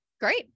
Great